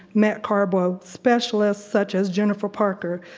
matt carbog. specialists such as jennifer parker,